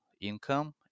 income